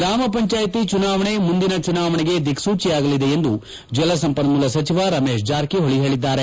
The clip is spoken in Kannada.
ಗ್ರಾಮ ಪಂಚಾಯಿತಿ ಚುನಾವಣೆ ಮುಂದಿನ ಚುನಾವಣೆಗೆ ದಿಕ್ಪೂಚಿಯಾಗಲಿದೆ ಎಂದು ಜಲಸಂಪನ್ಮೂಲ ಸಚಿವ ರಮೇಶ್ ಜಾರಕಿಹೊಳಿ ಹೇಳಿದ್ದಾರೆ